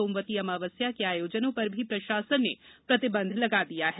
सोमवती अमावस्या के आयोजनों पर भी प्रशासन ने प्रतिबंध लगा दिया है